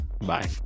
Bye